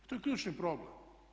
I to je ključni problem.